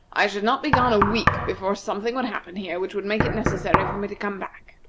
i should not be gone a week before something would happen here which would make it necessary for me to come back.